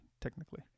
technically